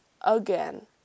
Again